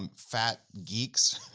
um fat geeks